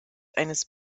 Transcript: eines